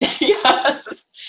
Yes